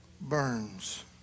burns